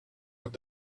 with